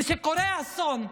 כשקורה אסון,